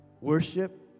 worship